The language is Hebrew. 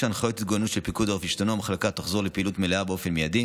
הזיה במדינת ישראל.